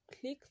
Click